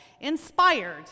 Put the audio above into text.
Inspired